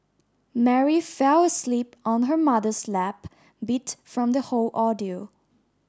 Mary fell asleep on her mother's lap beat from the whole ordeal